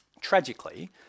tragically